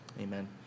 amen